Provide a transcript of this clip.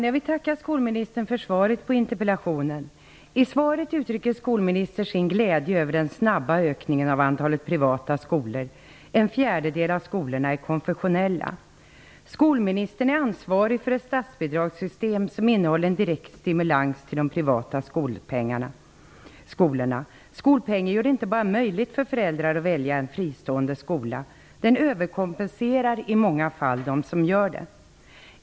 Jag vill tacka skolministern för svaret på interpellationen. I svaret uttrycker skolministern sin glädje över den snabba ökningen av antalet privata skolor. En fjärdedel av skolorna är konfessionella. Skolministern är ansvarig för ett statsbidragssystem som innehåller en direkt stimulans till de privata skolorna. Skolpengen gör det inte bara möjligt för föräldrar att välja en fristående skola. Den överkompenserar i många fall dem som gör det.